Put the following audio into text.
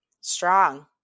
Strong